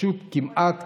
פשוט כמעט